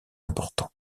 important